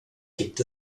gibt